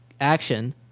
action